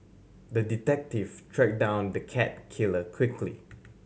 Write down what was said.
the detective tracked down the cat killer quickly